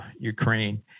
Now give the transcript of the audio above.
Ukraine